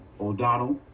O'Donnell